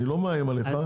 אני לא מאיים עליך,